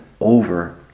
over